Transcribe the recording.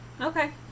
Okay